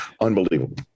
unbelievable